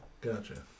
Gotcha